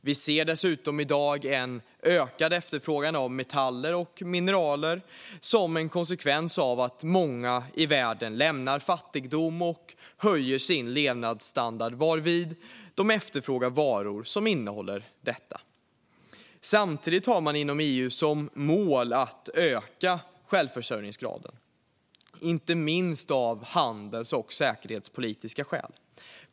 Vi ser i dag dessutom en ökad efterfrågan på metaller och mineral som en konsekvens av att många i världen lämnar fattigdom och höjer sin levnadsstandard. Då börjar de efterfråga varor som innehåller sådant. Samtidigt har man i EU som mål att öka självförsörjningsgraden, inte minst av handels och säkerhetspolitiska skäl.